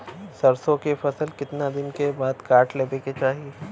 सरसो के फसल कितना दिन के बाद काट लेवे के चाही?